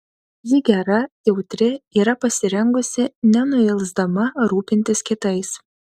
ji gera jautri yra pasirengusi nenuilsdama rūpintis kitais